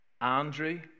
Andrew